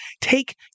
take